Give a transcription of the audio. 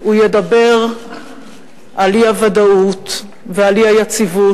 הוא ידבר על האי-ודאות ועל האי-יציבות.